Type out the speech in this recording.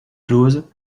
closes